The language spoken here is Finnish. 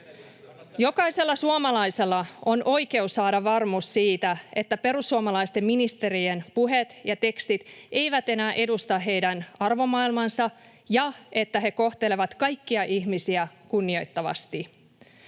Jokaisella suomalaisella on oikeus saada varmuus siitä, että perussuomalaisten ministerien puheet ja tekstit eivät enää edusta heidän arvomaailmaansa ja että he kohtelevat kaikkia ihmisiä kunnioittavasti.